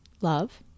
love